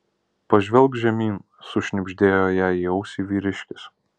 pažvelk žemyn sušnibždėjo jai į ausį vyriškis